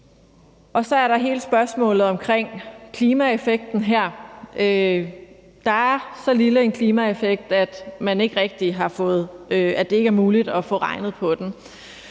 Så er der hele spørgsmålet om klimaeffekten her. Der er så lille en klimaeffekt, at det ikke rigtig er muligt at få regnet på den.